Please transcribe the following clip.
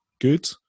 good